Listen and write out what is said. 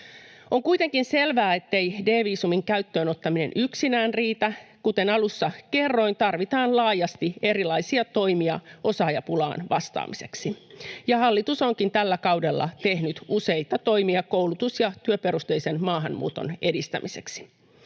On kuitenkin selvää, ettei D-viisumin käyttöönottaminen yksinään riitä. Kuten alussa kerroin, tarvitaan laajasti erilaisia toimia osaajapulaan vastaamiseksi, ja hallitus onkin tällä kaudella tehnyt useita toimia koulutus- ja työperusteisen maahanmuuton edistämiseksi.